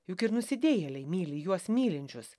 juk ir nusidėjėliai myli juos mylinčius